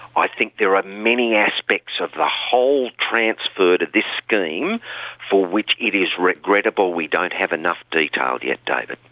i think there are many aspects of the whole transfer to this scheme for which it is regrettable we don't have enough detail yet, david,